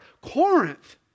Corinth